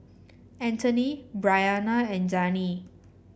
Antony Bryana and Zane